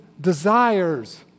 desires